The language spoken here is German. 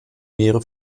meere